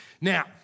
Now